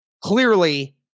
clearly